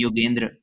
Yogendra